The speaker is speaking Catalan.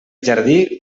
jardí